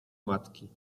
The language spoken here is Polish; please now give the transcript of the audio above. matki